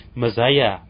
mazaya